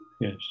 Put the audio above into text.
Yes